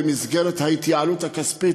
במסגרת ההתייעלות הכספית,